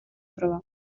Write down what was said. proba